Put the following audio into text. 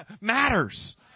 matters